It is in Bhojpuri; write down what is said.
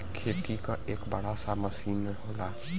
खेती क एक बड़ा सा मसीन होला